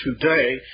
today